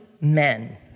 men